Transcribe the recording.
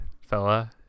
fella